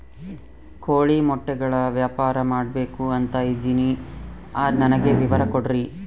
ಕೋಳಿ ಮೊಟ್ಟೆಗಳ ವ್ಯಾಪಾರ ಮಾಡ್ಬೇಕು ಅಂತ ಇದಿನಿ ನನಗೆ ವಿವರ ಕೊಡ್ರಿ?